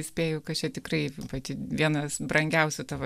spėju kad čia tikrai pati vienas brangiausių tavo